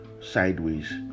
sideways